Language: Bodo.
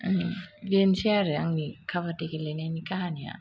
ओम बेनसै आरो आंनि काबादि गेलेनायनि खाहानिया